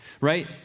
right